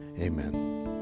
Amen